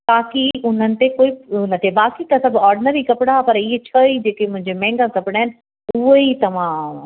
ताकी उन्हनि ते कोई बाक़ी त सभु ऑडनरी कपिड़ा पर इहे छह ई जेके मुंहिंजा महांगा कपिड़ा आहिनि उहे ई तव्हां